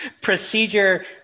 procedure